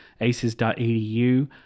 aces.edu